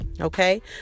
okay